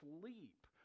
sleep